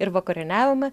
ir vakarieniavome